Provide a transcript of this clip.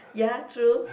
ya true